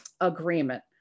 agreement